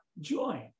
joy